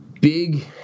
big